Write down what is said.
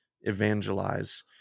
evangelize